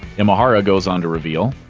imahara goes on to reveal,